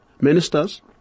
ministers